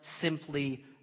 simply